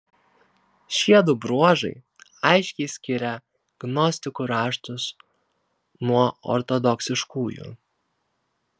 šiedu bruožai aiškiai skiria gnostikų raštus nuo ortodoksiškųjų